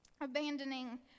Abandoning